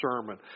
sermon